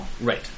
Right